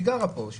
היא גרה פה,